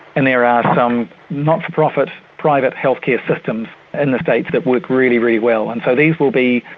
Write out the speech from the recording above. and there are some not-for-profit private healthcare systems in the states that work really, really well. and so these will be